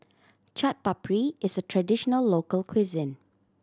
Chaat Papri is a traditional local cuisine